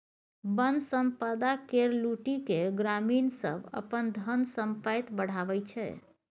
बन संपदा केर लुटि केँ ग्रामीण सब अपन धन संपैत बढ़ाबै छै